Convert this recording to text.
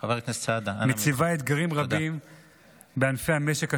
מציב אתגרים רבים בענפי המשק השונים.